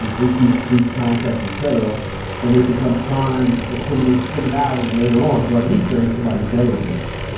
and increased police contact, et cetera, then they become primed for criminal criminality later on, or at least they're in somebody's database.